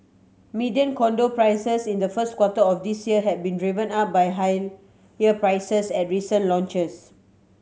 median condo prices in the first quarter of this year have been driven up by higher prices at recent launches